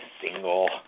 Single